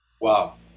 Wow